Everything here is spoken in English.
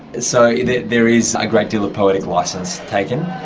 so there is a great deal of poetic licence taken.